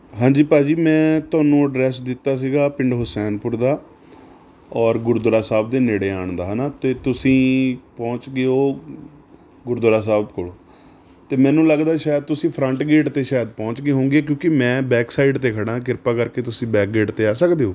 ਹਾਂਜੀ ਭਾਅ ਜੀ ਮੈਂ ਤੁਹਾਨੂੰ ਐਡਰੇਸ ਦਿੱਤਾ ਸੀਗਾ ਪਿੰਡ ਹੂਸੈਨਪੁਰ ਦਾ ਔਰ ਗੁਰਦੁਆਰਾ ਸਾਹਿਬ ਦੇ ਨੇੜੇ ਆਉਣ ਦਾ ਹੈ ਨਾ ਅਤੇ ਤੁਸੀਂ ਪਹੁੰਚ ਗਏ ਹੋ ਗੁਰਦੁਆਰਾ ਸਾਹਿਬ ਕੋਲ ਅਤੇ ਮੈਨੂੰ ਲੱਗਦਾ ਸ਼ਾਇਦ ਤੁਸੀਂ ਫਰੰਟ ਗੇਟ 'ਤੇ ਸ਼ਾਇਦ ਪਹੁੰਚ ਗਏ ਹੋਊਗੇ ਕਿਉਂਕਿ ਮੈਂ ਬੈਕ ਸਾਈਡ 'ਤੇ ਖੜ੍ਹਾ ਕਿਰਪਾ ਕਰਕੇ ਤੁਸੀਂ ਬੈਕ ਗੇਟ 'ਤੇ ਆ ਸਕਦੇ ਹੋ